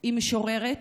היא משוררת